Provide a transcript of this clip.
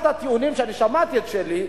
אחד הטיעונים שאני שמעתי משלי,